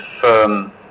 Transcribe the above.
firm